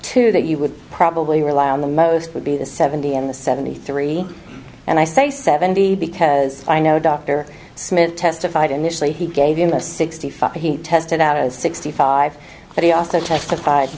two that you would probably rely on the most would be the seventy in the seventy three and i say seventy because i know dr smith testified initially he gave him a sixty five he tested out of sixty five but he also testified